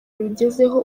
rugezeho